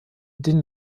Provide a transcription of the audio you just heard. den